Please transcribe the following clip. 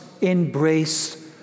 embrace